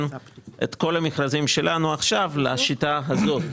את כל המכרזים שלנו עכשיו לשיטה הזאת.